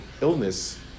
illness